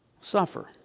suffer